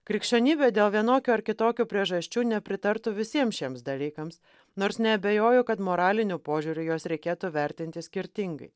krikščionybė dėl vienokių ar kitokių priežasčių nepritartų visiems šiems dalykams nors neabejoju kad moraliniu požiūriu juos reikėtų vertinti skirtingai